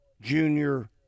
junior